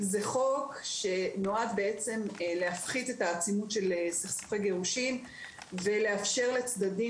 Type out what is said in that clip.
זה חוק שנועד להפחית את העצימות של סכסוכי גירושין ולאפשר לצדדים